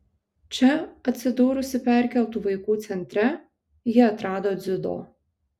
čia atsidūrusi perkeltų vaikų centre ji atrado dziudo